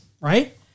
right